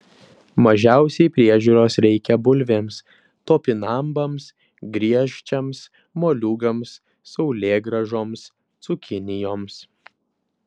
mažiausiai priežiūros reikia bulvėms topinambams griežčiams moliūgams saulėgrąžoms cukinijoms